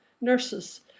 nurses